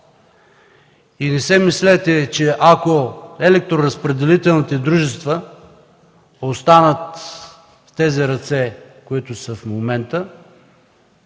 Не мислете, че ако електроразпределителните дружества останат в тези ръце, които са в момента,